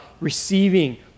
receiving